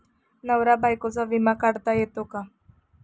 नवरा बायकोचा विमा काढता येतो का?